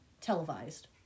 televised